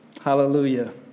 Hallelujah